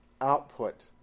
output